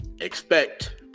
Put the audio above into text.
expect